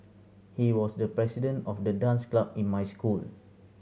he was the president of the dance club in my school